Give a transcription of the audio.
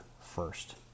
first